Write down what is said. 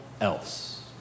else